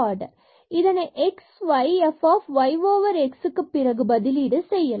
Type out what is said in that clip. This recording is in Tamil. இதனை x y f y xக்கு பிறகு பதிலீடு செய்யலாம்